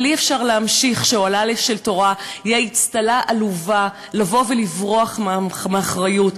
אבל אי-אפשר להמשיך כשאוהלה של תורה הוא אצטלה עלובה לבריחה מאחריות.